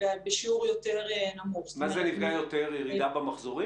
נכון להיום אני לא מדווח בטופס את הסכום שהעובד